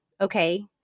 Okay